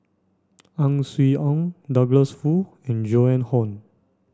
Ang Swee Aun Douglas Foo and Joan Hon